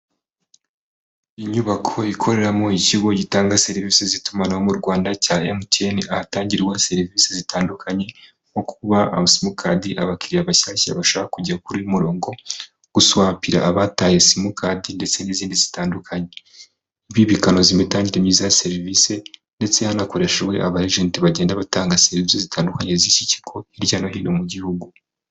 Inyubako ikoreramo ikigo gitanga serivisi z'itumanaho mu rwanda cya emutiyene ahatangirwa serivisi zitandukanye nko kuba abamukadi abakiriya bashyashya bashaka kujya kuri murongo gu gusatira abataye simukadi ndetse n'izindi zitandukanye. Ibi kanoza imitangire myiza ya serivisi ndetse hanakoreshejwe abagenti bagenda batanga serivisi zitandukanye z'iki kigo hirya no hino mu gihugu.